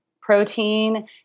protein